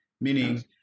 meaning